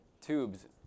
tubes